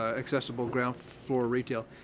accessible ground floor retail.